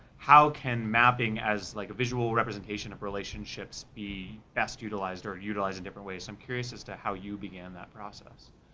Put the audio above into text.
how can mapping, as, like, a visual representation of relationships, be best utilized or utilized in different ways? i'm curious as to how you began that process.